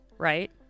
Right